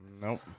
Nope